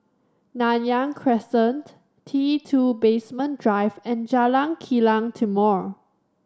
Nanyang Crescent T Two Basement Drive and Jalan Kilang Timor